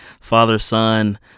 father-son